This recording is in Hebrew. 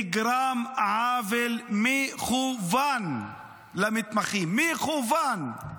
נגרם עוול מכוון למתמחים, מכוון.